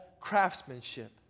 craftsmanship